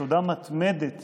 ותודה מתמדת